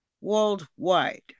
worldwide